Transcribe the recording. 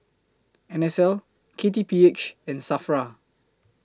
N S L K T P H and SAFRA